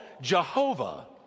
Jehovah